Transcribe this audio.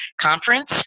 conference